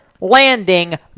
Landing